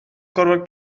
gorfod